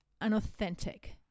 unauthentic